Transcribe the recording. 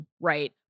right